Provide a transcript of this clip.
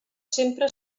sempre